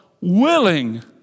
willing